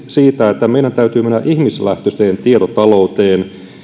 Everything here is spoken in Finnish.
siitä että meidän täytyy mennä ihmislähtöiseen tietotalouteen